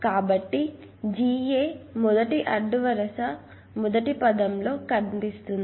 కాబట్టి Ga మొదటి అడ్డు వరస మొదటి పదంలో కనిపిస్తుంది